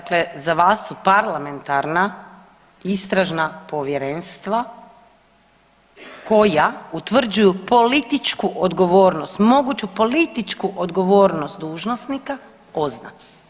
Dakle za vas su parlamentarna istražna povjerenstva koja utvrđuju političku odgovornost, moguću političku odgovornosti dužnosnika, OZNA.